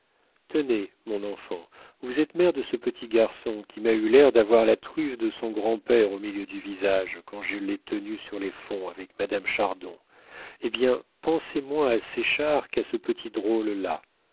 tenez mon enfant vous êtes mère de ce petit garçon qui m'a eu l'air d'avoir la truffe de son grand-père au milieu du visage quand je l'ai tenu sur les fonts avec madame chardon eh bien pensez moins à séchard qu'à ce petit drôle-là